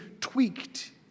tweaked